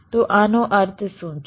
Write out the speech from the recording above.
તો આનો અર્થ શું છે